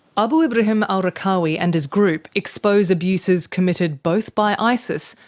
abu ibrahim al-raqqawi and his group expose abuses committed both by isis,